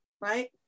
right